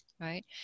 right